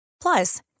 Plus